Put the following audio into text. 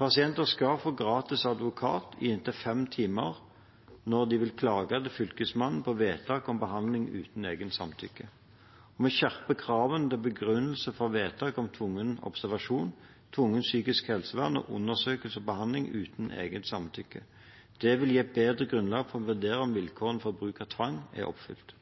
Pasienter skal få gratis advokat i inntil fem timer når de vil klage til Fylkesmannen på vedtak om behandling uten eget samtykke. Vi skjerper kravene til begrunnelse for vedtak om tvungen observasjon, tvungent psykisk helsevern og undersøkelse og behandling uten eget samtykke. Det vil gi et bedre grunnlag for å vurdere om vilkårene for bruk av tvang er oppfylt.